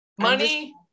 money